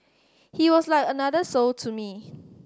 he was like another soul to me